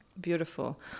Beautiful